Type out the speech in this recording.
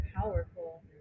powerful